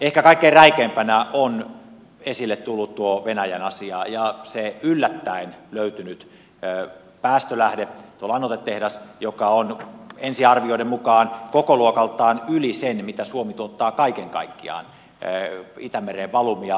ehkä kaikkein räikeimpänä on esille tullut tuo venäjän asia ja se yllättäen löytynyt päästölähde tuo lannoitetehdas joka on ensiarvioiden mukaan kokoluokaltaan yli sen mitä suomi tuottaa kaiken kaikkiaan itämereen valumia